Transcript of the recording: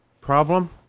problem